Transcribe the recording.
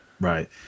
Right